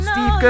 Steve